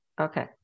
okay